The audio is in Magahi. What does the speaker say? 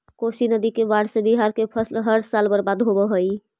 कोशी नदी के बाढ़ से बिहार के फसल हर साल बर्बाद होवऽ हइ